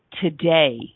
today